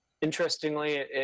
interestingly